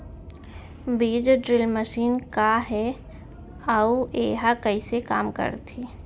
बीज drill machine का हे अऊ एहा कइसे काम करथे?